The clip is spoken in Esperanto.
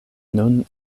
nun